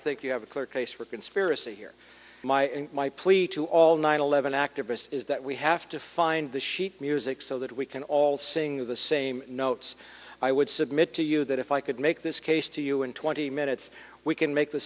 think you have a clear case for conspiracy here my and my plea to all nine eleven activists is that we have to find the sheet music so that we can all sing the same notes i would submit to you that if i could make this case to you in twenty minutes we can make the